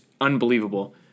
unbelievable